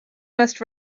must